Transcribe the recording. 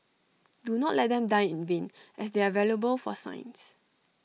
do not let them die in vain as they are valuable for science